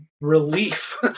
relief